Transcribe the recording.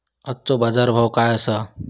आजचो बाजार भाव काय आसा?